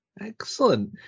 Excellent